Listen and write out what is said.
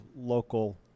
local